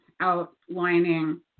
Outlining